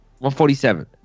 147